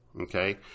Okay